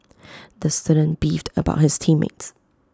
the student beefed about his team mates